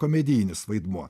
komedijinis vaidmuo